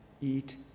eat